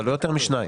אבל לא יותר משניים.